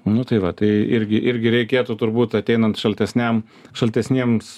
nu tai va tai irgi irgi reikėtų turbūt ateinant šaltesniam šaltesniems